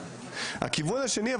אבל הכיוון השני,